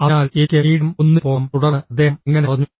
അതിനാൽ എനിക്ക് മീഡിയം ഒന്നിന് പോകാം തുടർന്ന് അദ്ദേഹം അങ്ങനെ പറഞ്ഞു